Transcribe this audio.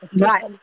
Right